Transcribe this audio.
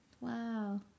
Wow